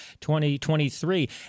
2023